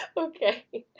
okay,